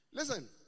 Listen